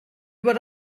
über